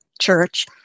church